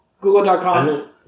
google.com